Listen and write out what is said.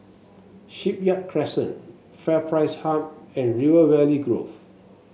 Shipyard Crescent FairPrice Hub and River Valley Grove